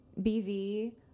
BV